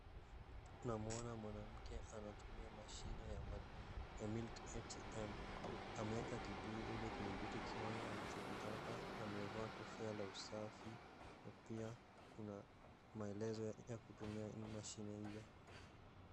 Tunamuona mwanamke anatumia mashine ya milk ATM .Ameweka kibuyu kudhibiti kiwango anachokitaka. Amevaa kofia la usafi. Na pia kuna maelezo ya kutumia mashine hiyo.